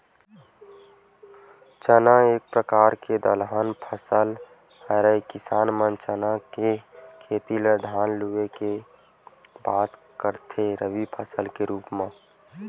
चना एक परकार के दलहन फसल हरय किसान मन चना के खेती ल धान लुए के बाद करथे रबि फसल के रुप म